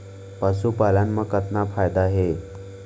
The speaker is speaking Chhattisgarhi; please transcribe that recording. पशुपालन मा कतना फायदा हे?